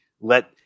let